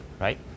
right